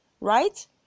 right